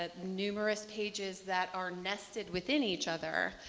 ah numerous pages that are nested within each other.